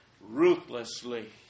ruthlessly